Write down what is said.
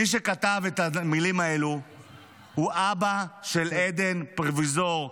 מי שכתב את המילים האלה הוא אבא של עדן פרוביזור,